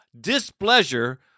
displeasure